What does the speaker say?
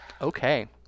Okay